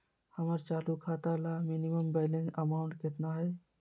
हमर चालू खाता ला मिनिमम बैलेंस अमाउंट केतना हइ?